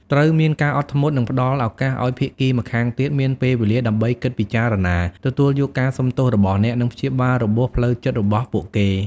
ត្រូវមានការអត់ធ្មត់ និងផ្តល់ឱកាសឱ្យភាគីម្ខាងទៀតមានពេលវេលាដើម្បីគិតពិចារណា ទទួលយកការសុំទោសរបស់អ្នក និងព្យាបាលរបួសផ្លូវចិត្តរបស់ពួកគេ។